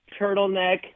Turtleneck